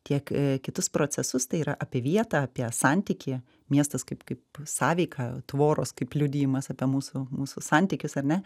tiek kitus procesus tai yra apie vietą apie santykį miestas kaip kaip sąveika tvoros kaip liudijimas apie mūsų mūsų santykius ar ne